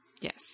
Yes